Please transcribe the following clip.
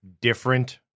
different